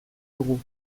dugu